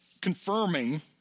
confirming